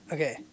Okay